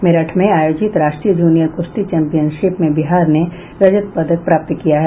मेरठ में आयोजित राष्ट्रीय जूनियर कुश्ती चैंपियनशिप में बिहार ने रजत पदक प्राप्त किया है